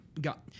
got